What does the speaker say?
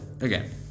Again